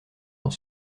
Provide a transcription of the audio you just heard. dans